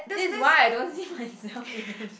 this is why I don't see myself in